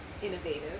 innovative